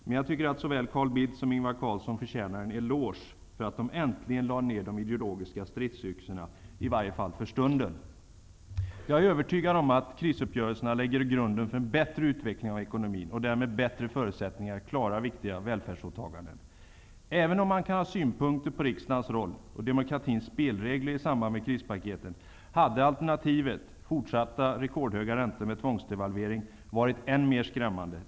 Men jag tycker att såväl Carl Bildt som Ingvar Carlsson förtjänar en eloge för att de äntligen lade ner de ideologiska stridsyxorna -- i varje fall för stunden. Jag är övertygad om att krisuppgörelserna lägger grunden för en bättre utveckling av ekonomin och därmed bättre förutsättningar att klara viktiga välfärdsåtaganden. Även om man kan ha synpunkter på riksdagens roll och demokratins spelregler i samband med krispaketen, hade alternativet -- fortsatta rekordhöga räntor och tvångs-devalvering -- varit än mer skrämmande.